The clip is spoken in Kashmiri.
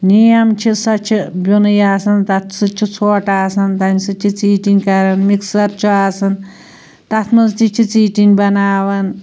نیم چھِ سۄ چھِ بیٛونٕے آسان تَتھ سۭتۍ چھُ ژھوٹہٕ آسان تَمہِ سۭتۍ چھِ ژیٖٹِنۍ کران مِکسر چھُ آسان تَتھ منٛز تہِ چھِ ژیٖٹِنۍ بَناوان